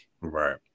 Right